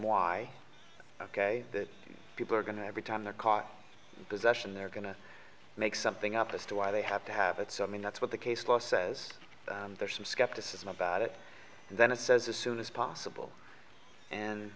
why ok that people are going to every time they're caught possession they're going to make something up as to why they have to have it so i mean that's what the case law says that there's some skepticism about it and then it says as soon as possible and